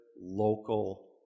local